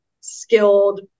skilled